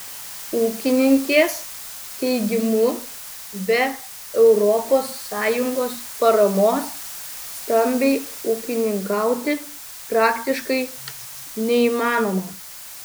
ūkininkės teigimu be europos sąjungos paramos stambiai ūkininkauti praktiškai neįmanoma